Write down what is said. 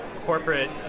corporate